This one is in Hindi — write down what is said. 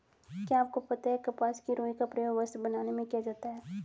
क्या आपको पता है कपास की रूई का प्रयोग वस्त्र बनाने में किया जाता है?